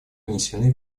внесены